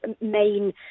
main